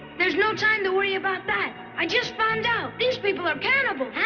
there's no time to worry about that. i just found out. these people are cannibals. huh?